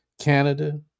Canada